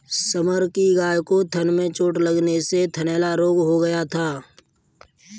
summer की गाय को थन में चोट लगने से थनैला रोग हो गया था